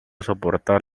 soportar